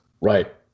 Right